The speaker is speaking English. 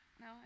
No